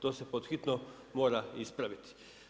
To se pod hitno mora ispraviti.